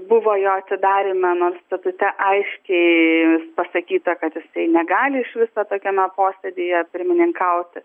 buvo jo atidaryme nors statute aiškiai pasakyta kad jisai negali iš viso tokiame posėdyje pirmininkauti